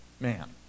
man